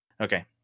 Okay